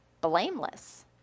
blameless